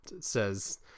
says